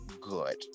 good